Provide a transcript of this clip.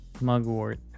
mugwort